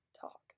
talk